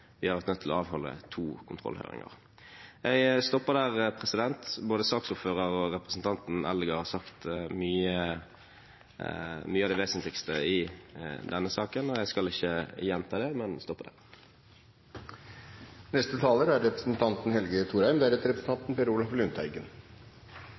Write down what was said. vi velger å gjøre det. Man bør også merke seg at vi har vært nødt til å avholde to kontrollhøringer. Jeg stopper der. Både saksordføreren og representanten Eldegard har sagt mye av det vesentligste i denne saken, og jeg skal ikke gjenta det, men